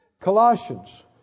Colossians